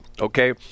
okay